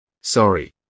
Sorry